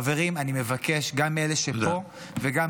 חברים, אני מבקש, גם אלה שפה וגם,